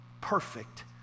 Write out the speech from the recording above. perfect